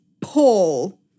Paul